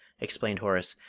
explained horace,